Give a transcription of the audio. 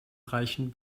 reichen